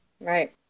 Right